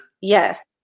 yes